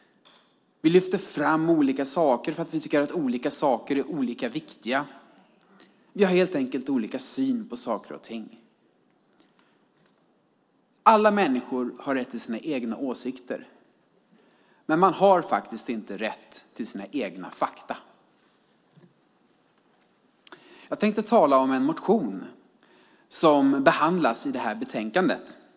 Vi lyfter fram olika saker för att vi tycker att olika saker är olika viktiga. Vi har helt enkelt olika syn på saker och ting. Alla människor har rätt till sina egna åsikter, men man har inte rätt till sina egna fakta. Jag tänkte tala om en motion som behandlas i det betänkande vi nu debatterar.